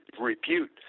repute